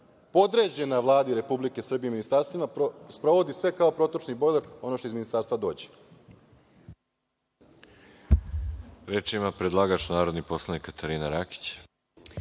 podređena Vladi Republike Srbije i ministarstvima, sprovodi sve kao protočni bojler ono što iz ministarstva dođe. **Veroljub Arsić** Reč ima predlagač narodni poslanik Katarina Rakić.